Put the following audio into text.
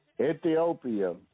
Ethiopia